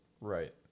Right